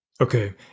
Okay